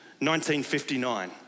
1959